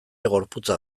gorputza